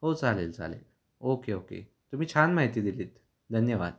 हो चालेल चालेल ओके ओके तुम्ही छान माहिती दिली आहेत धन्यवाद